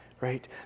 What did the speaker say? right